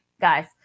guys